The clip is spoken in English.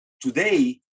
Today